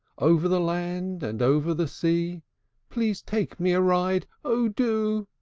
over the land, and over the sea please take me a ride! oh, do!